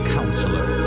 Counselor